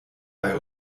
bei